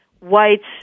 whites